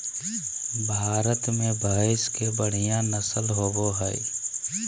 भारत में भैंस के बढ़िया नस्ल होबो हइ